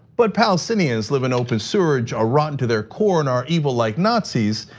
but palestinians live in open sewerage, are rotten to their corner, and are evil like nazis.